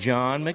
John